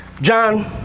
John